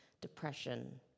depression